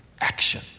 action